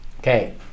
Okay